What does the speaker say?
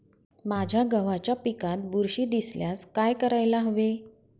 माझ्या गव्हाच्या पिकात बुरशी दिसल्यास काय करायला हवे?